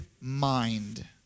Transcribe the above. mind